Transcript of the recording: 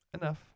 Enough